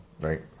Right